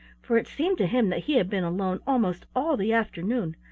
for it seemed to him that he had been alone almost all the afternoon,